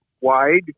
wide